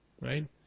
right